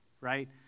right